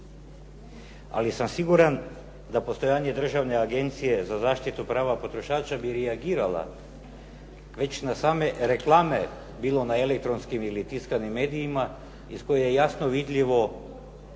Ali sam siguran da postojanje Državne agencije za zaštitu prava potrošača bi reagirala već na same reklame bilo na elektronskim ili tiskanim medijima iz koje je jasno vidljivo